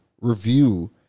review